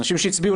האנשים שהצביעו,